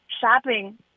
shopping